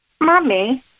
Mummy